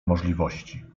możliwości